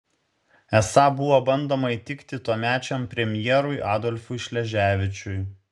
esą buvo bandoma įtikti tuomečiam premjerui adolfui šleževičiui